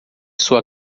sua